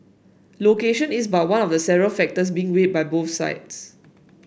location is but one of several factors been weighed by both sides